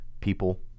people